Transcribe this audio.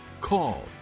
call